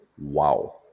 wow